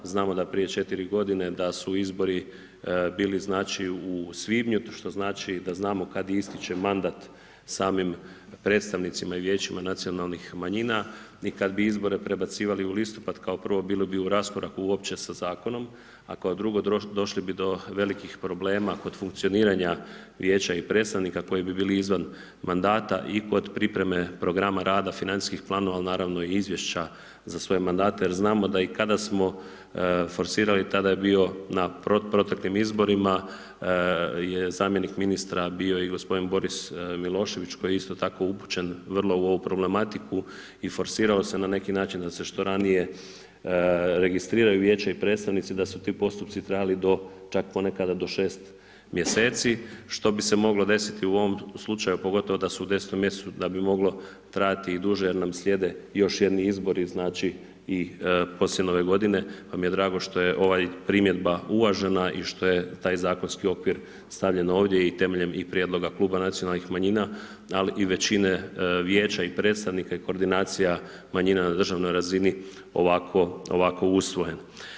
Znamo da prije 4 godine, da su izbori bili znači u svibnju, što znači da znamo kad ističe mandat samim predstavnicima i vijećima nacionalnih manjina i kad bi izbore prebacivali u listopad, kad prvo, bilo bi u raskoraku uopće sa zakonom, a kao drugo došli bi do velikih problema kod funkcioniranja vijeća i predstavnika koji bi bili izvan mandata i kod pripreme programa rada financijskih planova Ali naravno i izvješća za svoje mandate jer znamo da i kada smo forsirali, tada je bio na proteklim izborima, je zamijenim ministra bio i g. Boris Milošević koji je, isto tako upućen vrlo u ovu problematiku i forsirao se na neki način da se što ranije registriraju vijeće i predstavnici, da su ti postupci trajali do čak ponekada do 6 mjeseci, što bi se moglo desiti u ovom slučaju, pogotovo da su u 10 mjesecu, da bi moglo trajati i duže jer nam slijede još jedni izbori poslije Nove godine, pa mi je drago što je ova primjedba uvažena i što je taj zakonski okvir stavljen ovdje i temeljem i prijedloga Kluba nacionalnih manjina, ali i većina vijeća i predstavnika i koordinacija manjina na državnoj razini, ovako usvojen.